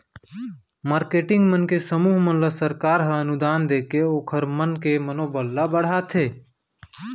marketing मन के समूह मन ल सरकार ह अनुदान देके ओखर मन के मनोबल ल बड़हाथे